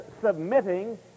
submitting